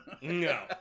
no